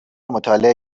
مطالعه